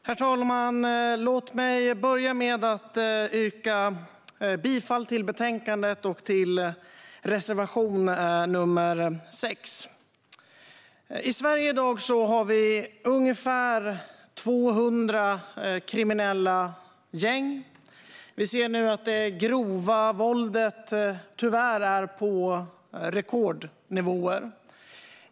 Herr talman! Låt mig börja med att yrka bifall till förslaget i betänkandet och till reservation nr 6. I Sverige i dag har vi ungefär 200 kriminella gäng. Vi ser nu att det grova våldet tyvärr är på rekordnivåer.